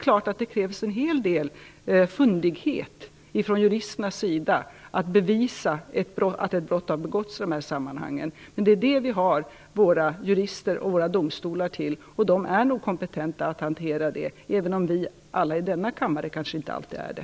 Naturligtvis krävs det en hel del "fundighet" ifrån juristernas sida för att kunna bevisa att ett brott har begåtts i dessa sammanhang. Men det är till detta vi har våra jurister och domstolar. De är nog kompetenta att hantera det, även om alla vi i denna kammare kanske inte alltid är det.